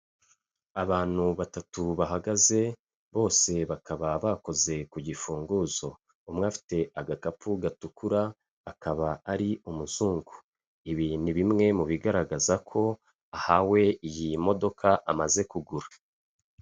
Abantu batatu bahagaze, bose bakaba bakoze ku gifunguzo, umwe afite agakapu gatukura, akaba ari umuzungu, ibi ni bimwe mu bigaragaza ko ahawe iyi modoka amaze kugura.